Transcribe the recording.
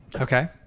Okay